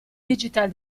digital